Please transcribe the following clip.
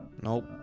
Nope